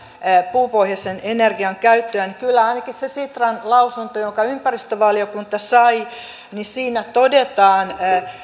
puupohjaisen energian käyttöä kyllä ainakin siinä sitran lausunnossa jonka ympäristövaliokunta sai todetaan